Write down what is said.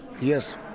Yes